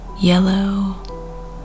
yellow